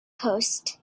coast